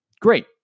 Great